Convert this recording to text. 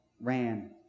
ran